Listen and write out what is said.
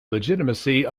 legitimacy